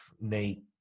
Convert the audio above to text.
Nate